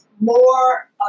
more